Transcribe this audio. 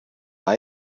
auf